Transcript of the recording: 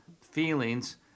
feelings